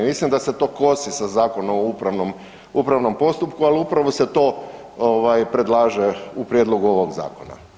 Mislim da se to kosi sa Zakonom o upravnom postupku ali upravo se to predlaže u prijedlogu ovog zakona.